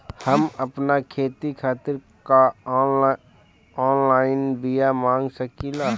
हम आपन खेती खातिर का ऑनलाइन बिया मँगा सकिला?